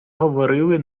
говорили